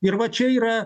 ir va čia yra